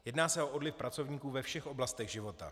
Jedná se o odliv pracovníků ve všech oblastech života.